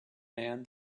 man